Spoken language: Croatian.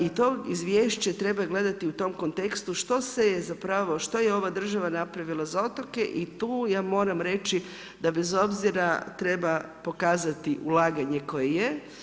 I to izvješće treba gledati u tom kontekstu što se je zapravo, što je ova država napravila za otoke i tu ja moram reći da bez obzira treba pokazati ulaganje koje je.